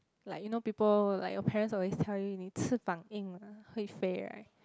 like you know people like your parents always tell you 你翅膀硬了会飞 right